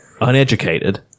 Uneducated